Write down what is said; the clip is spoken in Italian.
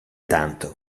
tanto